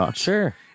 Sure